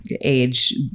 age